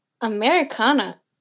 Americana